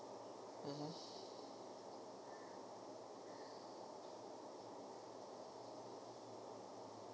mmhmm